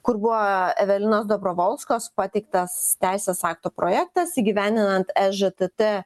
kur buvo evelinos dobrovolskos pateiktas teisės akto projektas įgyvendinant ežtt